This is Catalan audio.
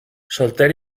solter